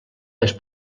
més